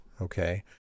okay